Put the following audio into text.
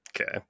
Okay